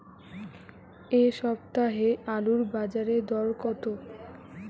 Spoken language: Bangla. এ সপ্তাহে আলুর বাজারে দর কত?